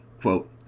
Quote